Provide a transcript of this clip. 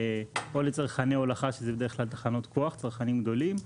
או לצורך העניין הולכה שזה בדרך כלל תחנות כוח שזה צרכנים גדולים,